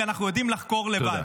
כי אנחנו יודעים לחקור לבד.